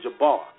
Jabbar